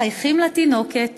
מחייכים לתינוקת